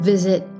Visit